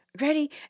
Ready